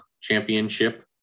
championship